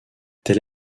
telle